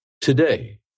today